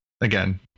again